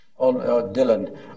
Dylan